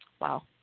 Wow